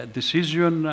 decision